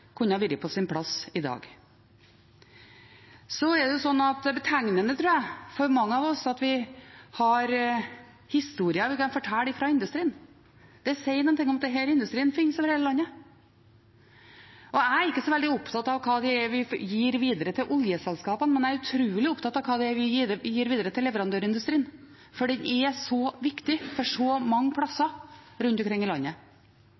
kunne vært på sin plass i dag. Det er betegnende for mange av oss, tror jeg, at vi har historier vi kan fortelle fra industrien. Det sier noe om at denne industrien finnes over hele landet. Jeg er ikke så veldig opptatt av hva vi gir videre til oljeselskapene, men jeg er utrolig opptatt av hva vi gir videre til leverandørindustrien, for den er så viktig for så mange steder rundt omkring i landet.